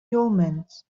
moments